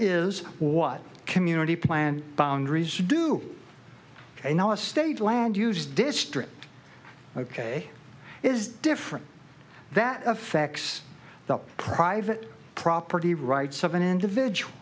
is what community plan boundaries do in our state land use district ok is different that effects the private property rights of an individual